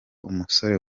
umusore